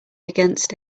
against